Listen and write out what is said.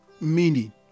meaning